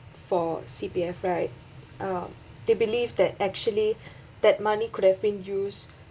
for C_P_F right um they believe that actually that money could have been used